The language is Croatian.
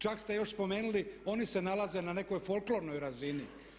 Čak ste još spomenuli oni se nalaze na nekoj folklornoj razini.